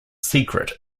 secret